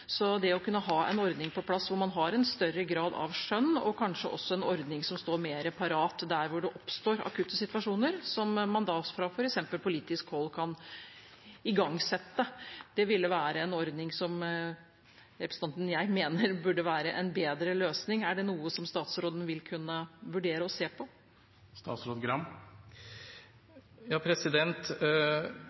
Så det å kunne få på plass en ordning hvor man har en større grad av skjønn, og kanskje også en ordning som står mer parat der hvor det oppstår akutte situasjoner, og som man da f.eks. fra politisk hold kan igangsette, mener jeg ville være en bedre løsning. Er det noe statsråden vil kunne vurdere å se på?